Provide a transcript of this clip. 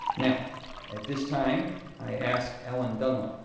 now at this time i ask helen dunlop,